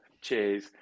Cheers